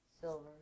Silver